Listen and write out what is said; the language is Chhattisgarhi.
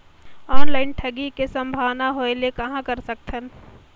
ऑनलाइन ठगी के संभावना होय ले कहां कर सकथन?